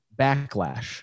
backlash